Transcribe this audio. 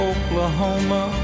Oklahoma